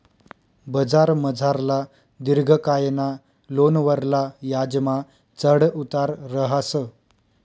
बजारमझारला दिर्घकायना लोनवरला याजमा चढ उतार रहास